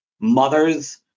mothers